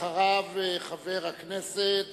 אחריו חבר הכנסת